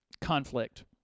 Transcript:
conflict